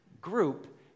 group